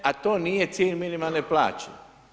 A to nije cilj minimalne plaće.